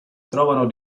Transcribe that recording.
trovano